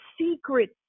secret